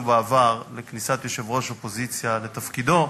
בעבר בכניסת יושב-ראש אופוזיציה לתפקידו,